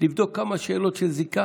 לבדוק שאלות של זיקה.